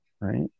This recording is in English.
right